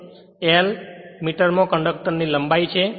અને l મીટરમાં કંડક્ટરની લંબાઈ છે